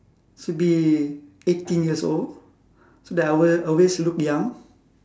should be eighteen years old so that I will always look young